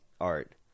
art